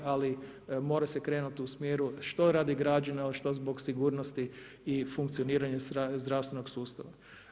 Ali mora se krenut u smjeru što radi građana, što zbog sigurnosti i funkcioniranja zdravstvenog sustava.